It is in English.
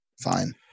fine